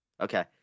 Okay